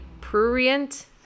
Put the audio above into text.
prurient